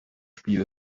spiel